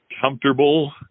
comfortable